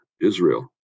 Israel